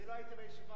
אני לא הייתי בישיבה.